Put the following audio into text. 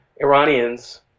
Iranians